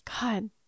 god